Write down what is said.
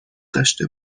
داشته